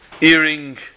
earring